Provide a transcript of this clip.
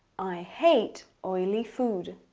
i hate oily food.